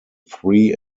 three